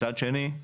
מצד שני,